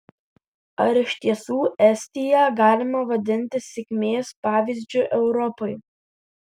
ar iš tiesų estiją galime vadinti sėkmės pavyzdžiu europai